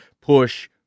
push